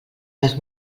les